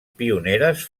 pioneres